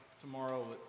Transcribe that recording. tomorrow